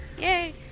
Yay